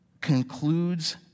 concludes